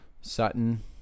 Sutton